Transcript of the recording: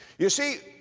you see,